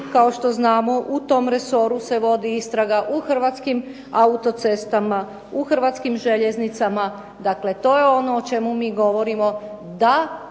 kao što znamo u tom resoru se vodi istraga u Hrvatskim autocestama, u Hrvatskim željeznicama. Dakle to je ono o čemu mi govorimo da